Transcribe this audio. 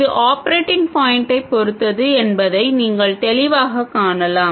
இது ஆப்ரேட்டிங் பாயின்ட்டைப் பொறுத்தது என்பதை நீங்கள் தெளிவாகக் காணலாம்